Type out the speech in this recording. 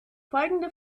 folgende